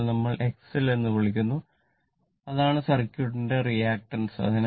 ചിലപ്പോൾ നമ്മൾ X L എന്ന് വിളിക്കുന്നു അതാണ് സർക്യൂട്ടിന്റെ റിയാക്ടൻസ്